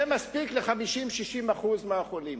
זה מספיק ל-50%, 60% מהחולים.